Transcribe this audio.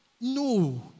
no